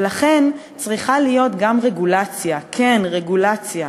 ולכן צריכה להיות גם רגולציה, כן, רגולציה.